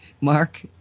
Mark